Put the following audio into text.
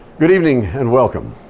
good evening and welcome.